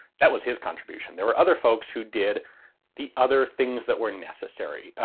that was his contribution. there were other folks who did the other things that were necessary,